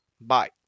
Bye